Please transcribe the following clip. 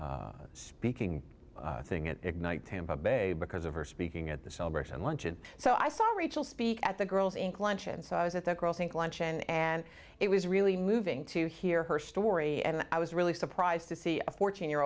up speaking thing at ignite tampa bay because of her speaking at the celebration luncheon so i saw rachel speak at the girls inc luncheon so i was at the girls inc luncheon and it was really moving to hear her story and i was really surprised to see a fourteen year